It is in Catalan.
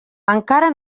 encara